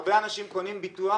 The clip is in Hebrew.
הרבה אנשים קונים ביטוח